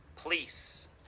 police